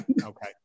okay